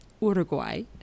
Uruguay